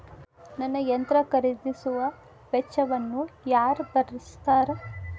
ನನ್ನ ಯಂತ್ರ ಖರೇದಿಸುವ ವೆಚ್ಚವನ್ನು ಯಾರ ಭರ್ಸತಾರ್?